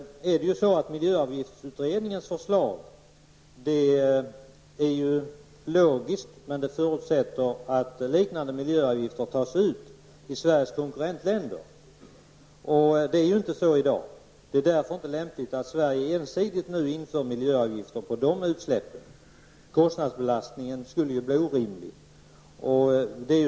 Miljöavgiftsutredningens förslag är logiskt, men det förutsätter att liknande miljöavgifter tas ut i Sveriges konkurrentländer. Det är inte så i dag. Det är därför inte lämpligt att Sverige ensidigt inför miljöavgifter på de utsläppen. Kostnadsbelastningen skulle bli orimlig.